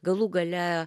galų gale